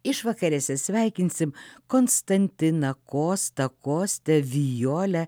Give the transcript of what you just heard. išvakarėse sveikinsim konstantiną kostą kostę violę